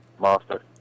master